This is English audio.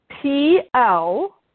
PL